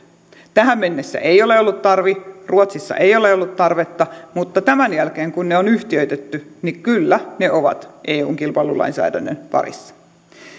tähän mennessä ei ole ollut tarvetta ruotsissa ei ole ollut tarvetta mutta tämän jälkeen kun ne on yhtiöitetty kyllä ne ovat eun kilpailulainsäädännön parissa kun